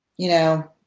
you know,